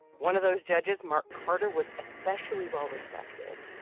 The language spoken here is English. one of those judges, marc carter, was especially well-respected.